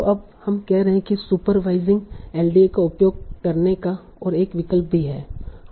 तो अब हम कह रहे थे कि सुपरवाईसींग एलडीए का उपयोग करने का ओर एक विकल्प भी है